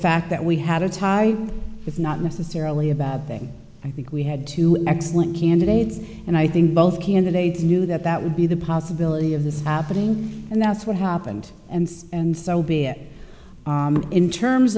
fact that we had a tie is not necessarily a bad thing i think we had two excellent candidates and i think both candidates knew that that would be the possibility of this happening and that's what happened and so be it in terms